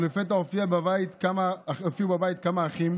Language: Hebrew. ולפתע הופיעו בבית כמה אחים,